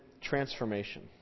transformation